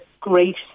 great